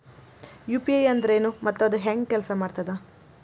UPI ಅಂದ್ರೆನು ಮತ್ತ ಅದ ಹೆಂಗ ಕೆಲ್ಸ ಮಾಡ್ತದ